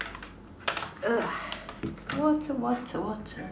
water water water